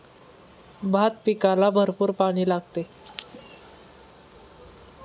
भात पिकाला भरपूर पाणी लागते